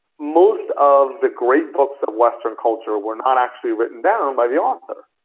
most of the great books of western culture were not actually written down by the author.